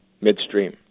midstream